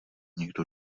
někdo